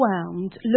overwhelmed